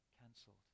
cancelled